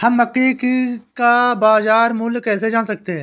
हम मक्के का बाजार मूल्य कैसे जान सकते हैं?